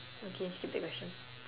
okay skip the question